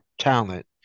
talent